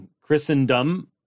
Christendom